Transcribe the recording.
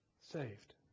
saved